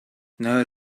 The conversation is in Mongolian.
нойр